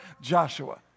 Joshua